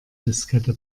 diskette